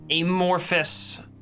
amorphous